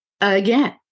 Again